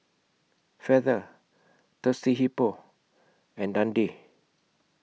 Feather Thirsty Hippo and Dundee